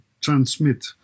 transmit